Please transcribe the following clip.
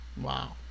wow